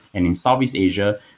and in southeast asia,